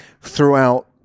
throughout